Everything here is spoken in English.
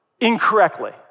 incorrectly